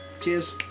Cheers